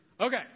Okay